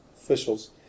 officials